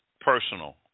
personal